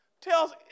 tells